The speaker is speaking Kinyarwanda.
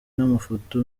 n’amafoto